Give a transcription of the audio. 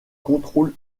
contrôle